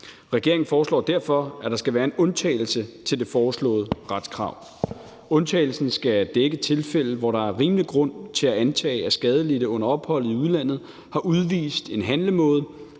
Regeringen foreslår derfor, at der skal være en undtagelse til det foreslåede retskrav. Undtagelsen skal dække tilfælde, hvor der er rimelig grund til at antage, at skadelidte under opholdet i udlandet har udvist en handlemåde,